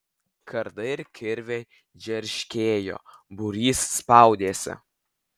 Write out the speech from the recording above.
kardai ir kirviai džerškėjo būrys spaudėsi